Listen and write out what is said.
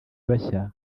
bashya